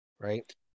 Right